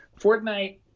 Fortnite